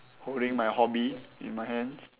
holding my hobby in my hands